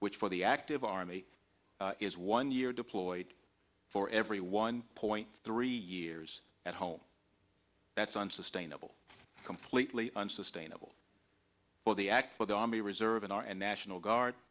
which the active army is one year deployed for every one point three years at home that's unsustainable completely unsustainable for the act for the army reserve in our national guard